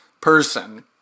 person